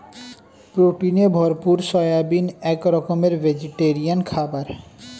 প্রোটিনে ভরপুর সয়াবিন এক রকমের ভেজিটেরিয়ান খাবার